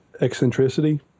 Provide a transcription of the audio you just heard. eccentricity